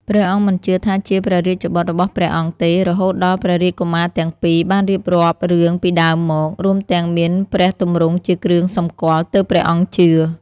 ព្រះអង្គមិនជឿថាជាព្រះរាជបុត្ររបស់ព្រះអង្គទេ រហូតដល់ព្រះរាជកុមារទាំងពីរបានរៀបរាប់រឿងពីដើមមក រួមទាំងមានព្រះទម្រង់ជាគ្រឿងសម្គាល់ ទើបព្រះអង្គជឿ។